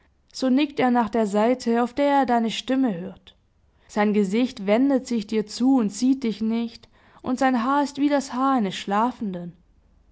so nickt er nach der seite auf der er deine stimme hört sein gesicht wendet sich dir zu und sieht dich nicht und sein haar ist wie das haar eines schlafenden